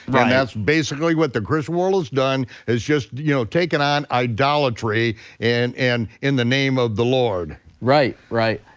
that's basically what the christian world has done, has just you know taken on idolatry and and in the name of the lord. right, right.